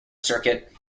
circuit